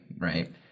right